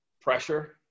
pressure